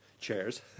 chairs